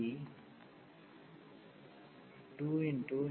ఈ 201t91 t5dt